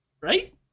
right